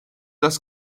das